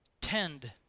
tend